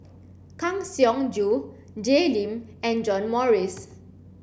Kang Siong Joo Jay Lim and John Morrice